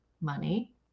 money